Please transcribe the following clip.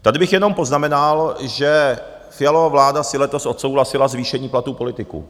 Tady bych jenom poznamenal, že Fialova vláda si letos odsouhlasila zvýšení platů politiků.